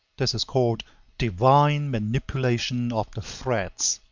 this is called divine manipulation of the threads.